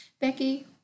Becky